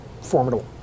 formidable